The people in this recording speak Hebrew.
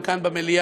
גם כאן במליאה,